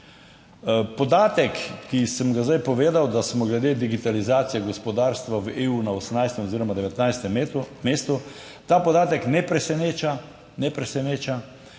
Podatek, ki sem ga zdaj povedal, da smo glede digitalizacije gospodarstva v EU na 18. oziroma 19. mestu, ta podatek ne preseneča. Ne preseneča,